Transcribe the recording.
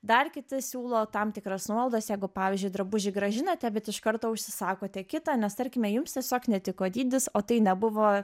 dar kiti siūlo tam tikras nuolaidas jeigu pavyzdžiui drabužį grąžinate bet iš karto užsisakote kitą nes tarkime jums tiesiog netiko dydis o tai nebuvo